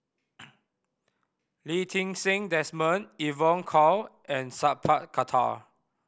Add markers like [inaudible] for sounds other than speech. [noise] Lee Ti Seng Desmond Evon Kow and Sat Pal Khattar